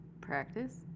Practice